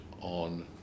on